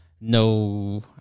No